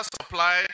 supply